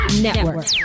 Network